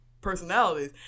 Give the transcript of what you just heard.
personalities